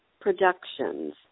Productions